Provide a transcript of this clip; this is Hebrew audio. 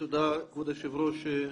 תודה כבוד היושב-ראש,